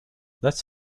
let